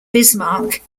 bismarck